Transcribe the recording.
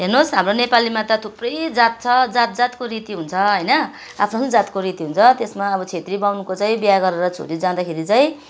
हेर्नुहोस् हाम्रो नेपालीमा त थुप्रै जात छ जात जातको रीति हुन्छ होइन आफ्नो आफ्नो जातको रीति हुन्छ त्यसमा अब छेत्री बाहुनको चाहिँ बिहा गरेर छोरी जाँदाखेरि चाहिँ